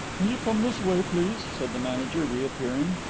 will you come this way, please? said the manager, reappearing.